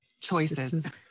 Choices